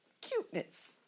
cuteness